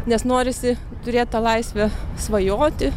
nes norisi turėt tą laisvę svajoti